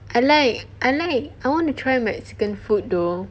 I like I like I want to try mexican food though